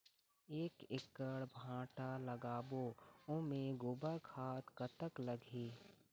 एक एकड़ भांटा लगाबो ओमे गोबर खाद कतक लगही?